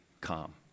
calm